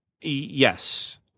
yes